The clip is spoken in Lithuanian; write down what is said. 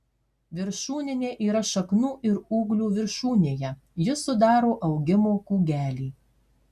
viršūninė yra šaknų ir ūglių viršūnėje ji sudaro augimo kūgelį